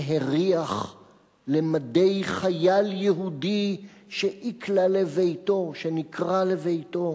והריח למדי חייל יהודי שאיקלע לביתו" שנקלע לביתו,